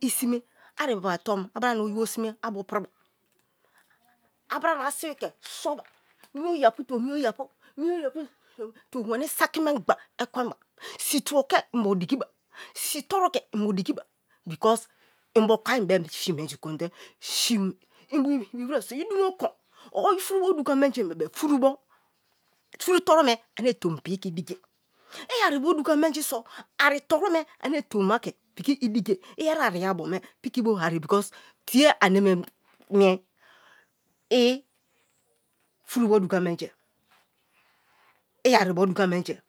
Isime ari be wa ton a bra na oyibo sime abu piriba a brana a sibi ke soba ini oya pu to mioyapu tomi weni weni saki menba ekwen ba si tawolo ke in bo digi ba si toru ke inbo digi ba because digi ba because inbo konai be chi menji in bo ibi wite so ichumo kon or ifurubo duga menji bebe turubo turu toru me ane tomi piki ke idigiai i ribo duga menji so ari toru me ane tomi ma ke piku idigie iyeri ariya bome piki bo ari because tiye ane me mii? ifuro be duga menji i aribo duga minjie